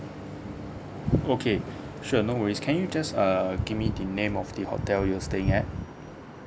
okay sure no worries can you just err give me the name of the hotel you were staying at